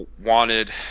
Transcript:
wanted